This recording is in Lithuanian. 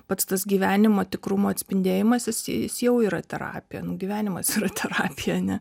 pats tas gyvenimo tikrumo atspindėjimas jis jis jau yra terapija nu gyvenimas yra terapija ane